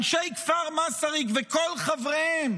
אנשי כפר מסריק וכל חבריהם